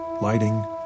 Lighting